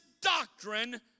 doctrine